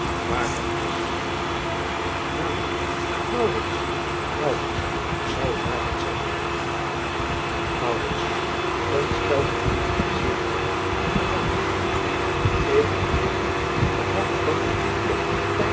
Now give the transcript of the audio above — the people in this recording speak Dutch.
is zou het waarheid zijn ntstel er u niet te zeer over maar ja mijn lieve k heb gronden behalve dat ik den eer